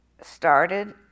Started